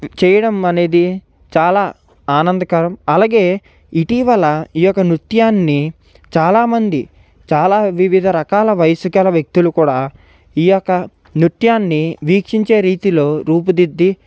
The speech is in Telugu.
చేయడం అనేది చాలా ఆనందకరం అలాగే ఇటీవల ఈ యొక్క నృత్యాన్ని చాలామంది చాలా వివిధ రకాల వయస్సు గల వ్యక్తులు కూడా ఈ యొక్క నృత్యాన్ని వీక్షించే రీతిలో రూపుదిద్ధి